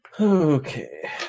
Okay